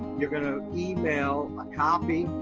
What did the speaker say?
you're gonna email a copy,